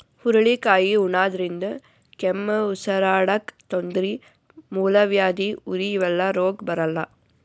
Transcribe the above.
ಹುರಳಿಕಾಯಿ ಉಣಾದ್ರಿನ್ದ ಕೆಮ್ಮ್, ಉಸರಾಡಕ್ಕ್ ತೊಂದ್ರಿ, ಮೂಲವ್ಯಾಧಿ, ಉರಿ ಇವೆಲ್ಲ ರೋಗ್ ಬರಲ್ಲಾ